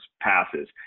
passes